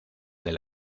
del